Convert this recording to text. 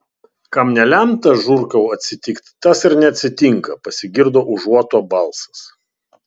kam nelemta žurkau atsitikt tas ir neatsitinka pasigirdo užuoto balsas